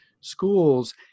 schools